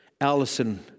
Allison